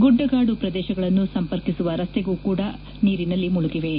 ಗುಡ್ಡಗಾದು ಪ್ರದೇಶಗಳನ್ನು ಸಂಪರ್ಕಿಸುವ ರಸ್ತೆಗಳೂ ಕೂಡ ನೀರಿನಲ್ಲಿ ಮುಳುಗಿವೆ